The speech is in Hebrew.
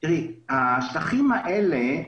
השטחים האלה,